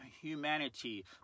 humanity